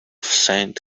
saint